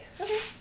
Okay